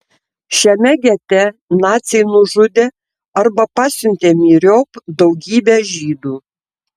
šiame gete naciai nužudė arba pasiuntė myriop daugybę žydų